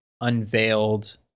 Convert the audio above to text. unveiled